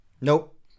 Nope